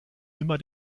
immer